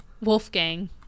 Wolfgang